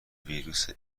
ویروس